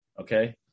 Okay